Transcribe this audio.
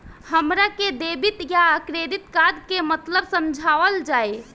हमरा के डेबिट या क्रेडिट कार्ड के मतलब समझावल जाय?